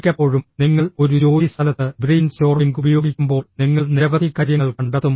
മിക്കപ്പോഴും നിങ്ങൾ ഒരു ജോലിസ്ഥലത്ത് ബ്രെയിൻ സ്റ്റോർമിംഗ് ഉപയോഗിക്കുമ്പോൾ നിങ്ങൾ നിരവധി കാര്യങ്ങൾ കണ്ടെത്തും